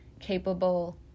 capable